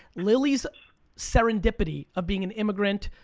lilly's serendipity of being an immigrant,